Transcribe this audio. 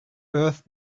earth